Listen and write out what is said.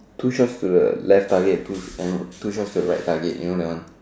two shots to the left target two and two shots to the right target you know that one